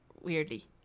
weirdly